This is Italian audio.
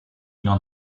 non